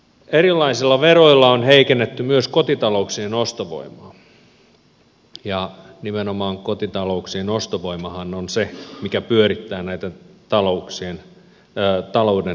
erilaisilla veroilla on heikennetty myös kotitalouksien ostovoimaa ja nimenomaan kotitalouksien ostovoimahan on se mikä pyörittää näitä talouden rattaita